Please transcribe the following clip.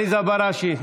עליזה בראשי.